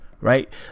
right